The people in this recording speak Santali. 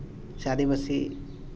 ᱥᱮ ᱟᱹᱫᱤᱵᱟᱹᱥᱤ